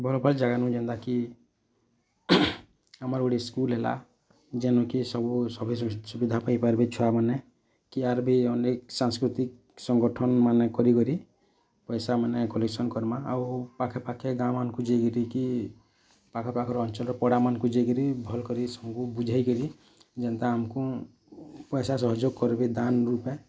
ଭଲ୍ ଭଲ୍ ଜାଗାନୁ ଯେନ୍ତା କି ଆମର୍ ଗୁଟେ ସ୍କୁଲ ହେଲା ଯେନକି ସବୁ ସଭେ ସୁବିଧା ପାଇପାରିବେ ଛୁଆମାନେ କି ଆର୍ ବି ଅନେକ୍ ସାଂସ୍କୃତିକ୍ ସଂଗଠନ୍ ମାନେ କରି କରି ପଇସା ମାନେ କଲେକ୍ସନ୍ କରମା ଆଉ ପାଖେ ପାଖେ ଗାଁ ମାନଙ୍କୁ ଯାଇକରି କି ପାଖର୍ ପାଖର୍ ଅଞ୍ଚଲର୍ ପଡ଼ା ମାନକୁ ଯାଇକରି ଭଲ୍ କରି ସମକୁଁ ବୁଝାଇକରି ଯେନ୍ତା ଆମକୁ ପଇସା ସହଯୋଗ୍ କରବେ ଦାଁନ୍ ରୂପେ